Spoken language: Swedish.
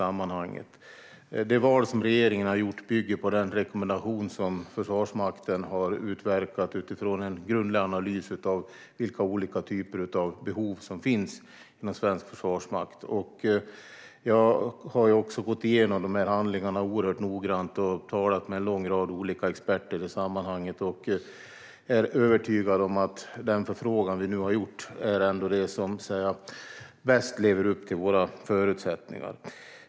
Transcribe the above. Det val regeringen har gjort bygger på den rekommendation som Försvarsmakten har utverkat utifrån en grundlig analys av vilka olika behov som finns inom svensk försvarsmakt. Jag har gått igenom handlingarna oerhört noggrant och talat med en lång rad olika experter i sammanhanget. Jag är övertygad om att den förfrågan vi har gjort ändå är den som bäst lever upp till våra förutsättningar.